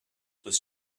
was